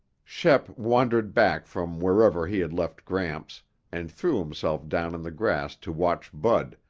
shep wandered back from wherever he had left gramps and threw himself down in the grass to watch bud,